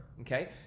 okay